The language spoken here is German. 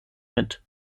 mit